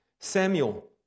Samuel